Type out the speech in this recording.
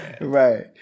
Right